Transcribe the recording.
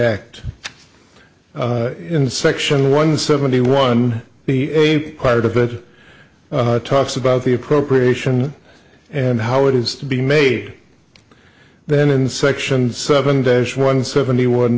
act in section one seventy one be a part of it talks about the appropriation and how it is to be made then in section seven days one seventy one